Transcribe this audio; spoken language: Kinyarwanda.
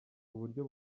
uburyo